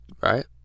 Right